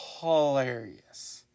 hilarious